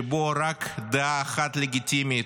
שבו רק דעה אחת לגיטימית.